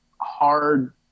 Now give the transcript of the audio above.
hard